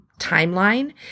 timeline